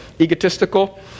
egotistical